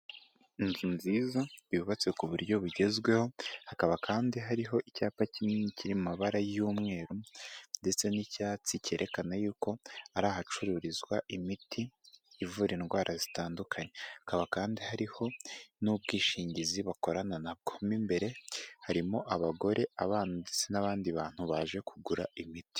Inzu nziza yubatse ku buryo bugezweho hakaba kandi hariho icyapa kinini cy'amabara y'umweru ndetse n'icyatsi cyerekana yuko hari ahacururizwa imiti ivura indwara zitandukanye, hakaba kandi hariho n'ubwishingizi bakorana nabwo, mo imbere harimo abagore abana n'abandi bantu baje kugura imiti.